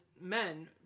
men